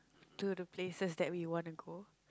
to the places that we want to go